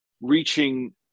reaching